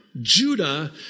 Judah